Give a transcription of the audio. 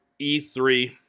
E3